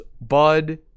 Bud